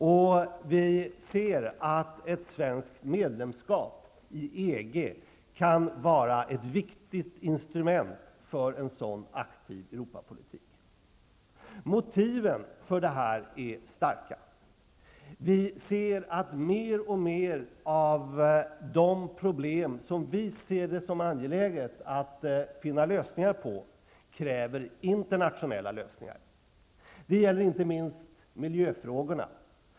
Och vi ser att ett svenskt medlemskap i EG kan vara ett viktigt instrument för en sådan aktiv Europapolitik. Motiven för detta är starka. Vi ser att mer och mer av de problem som det enligt vår uppfattning är angeläget att finna lösningar på kräver internationella lösningar. Det gäller inte minst miljöfrågorna.